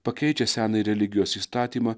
pakeičia seną religijos įstatymą